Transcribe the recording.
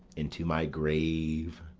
into my grave?